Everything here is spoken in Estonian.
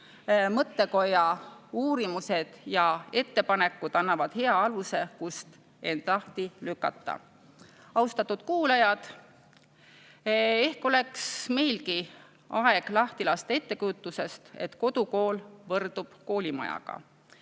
Mõttekoja uurimused ja ettepanekud annavad hea aluse, kust end lahti lükata. Austatud kuulajad! Ehk oleks meilgi aeg lahti lasta ettekujutusest, et kodukool võrdub koolimajaga.